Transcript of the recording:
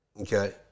Okay